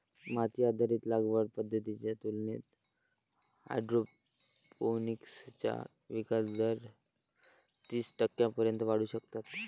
माती आधारित लागवड पद्धतींच्या तुलनेत हायड्रोपोनिक्सचा विकास दर तीस टक्क्यांपर्यंत वाढवू शकतात